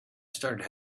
started